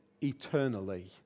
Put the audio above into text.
eternally